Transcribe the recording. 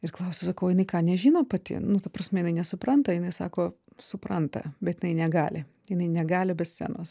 ir klausiau sakau o jinai ką nežino pati nu ta prasme jinai nesupranta jinai sako supranta bet jinai negali jinai negali be scenos